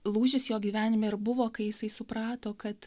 lūžis jo gyvenime ir buvo kai jisai suprato kad